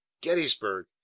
Gettysburg